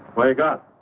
well you got.